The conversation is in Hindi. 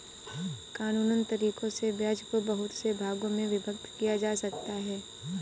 कानूनन तरीकों से ब्याज को बहुत से भागों में विभक्त किया जा सकता है